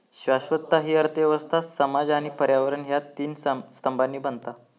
शाश्वतता हि अर्थ व्यवस्था, समाज आणि पर्यावरण ह्या तीन स्तंभांनी बनता